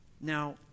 Now